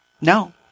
No